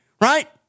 right